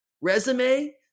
resume